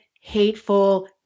hateful